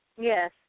Yes